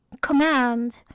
command